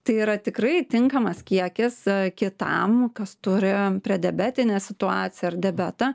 tai yra tikrai tinkamas kiekis kitam kas turi prediabetinę situaciją ar diabetą